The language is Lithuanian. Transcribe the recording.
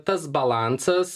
tas balansas